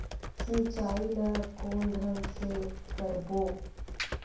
सिंचाई ल कोन ढंग से करबो?